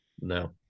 No